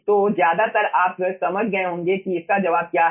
तो ज्यादातर आप समझ गए होंगे कि इसका जवाब क्या है